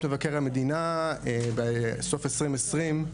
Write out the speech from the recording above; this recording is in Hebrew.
לאור דוחות מבקר המדינה בסוף 2020,